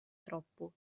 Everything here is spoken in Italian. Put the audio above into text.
troppo